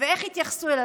ואיך התייחסו אליו.